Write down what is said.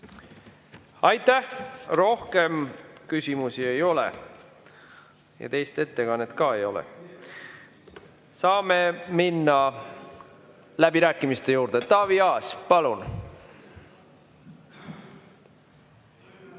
Aitäh! Rohkem küsimusi ei ole. Teist ettekannet ka ei ole. Saame minna läbirääkimiste juurde. Taavi Aas, palun!